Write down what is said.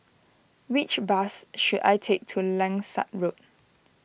which bus should I take to Langsat Road